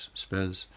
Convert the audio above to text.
spes